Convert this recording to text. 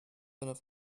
enough